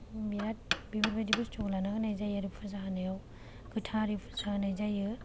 बिराद बेफोरबायदि बुस्तुखौ लाना होनाय जायो फुजा होनायाव गोथारै फुजा होनाय जायो